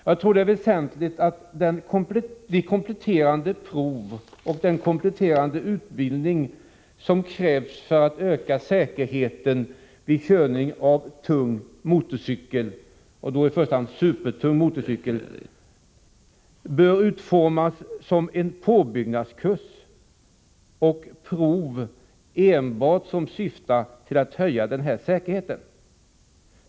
Jag tror att det är väsentligt att den kompletterande utbildning som krävs för att öka säkerheten vid körning av tung motorcykel, då i första hand supertung motorcykel, utformas som en påbyggnadskurs och att de kompletterande proven enbart syftar till att höja säkerheten.